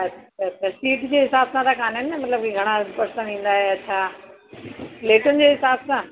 अच्छा अच्छा सीट जे हिसाब सां त काननि न मतलबु कि घणा पर्सन ईंदा या छा प्लेटुनि जे हिसाब सां